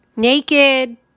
Naked